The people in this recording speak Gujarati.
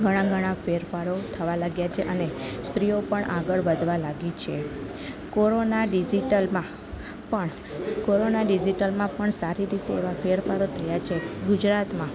ઘણાં ઘણાં ખરા ફેરફારો થવા લાગ્યા છે અને સ્ત્રીઓ પણ આગળ વધવા લાગી છે કોરોના ડિજિટલમાં પણ કોરોના ડિજિટલમાં પણ સારી રીતે એવાં ફેરફારો થયાં છે ગુજરાતમાં